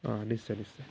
অঁ নিশ্চয় নিশ্চয়